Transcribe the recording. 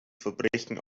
verbrechen